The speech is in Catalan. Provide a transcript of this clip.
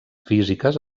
físiques